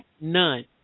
none